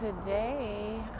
today